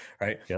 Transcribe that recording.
Right